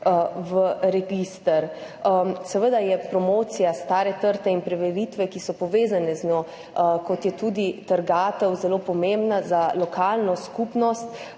v register. Seveda je promocija stare trte in preveritve, ki so povezane z njo, kot je tudi trgatev, zelo pomembna za lokalno skupnost